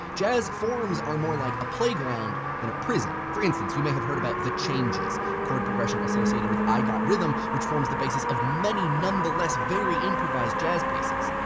jazz forms are more like a playground than a prison. for instance, you may have heard about the changes of chord progression associated with i got rhythm, which forms the basis of many nonetheless very improvised jazz pieces.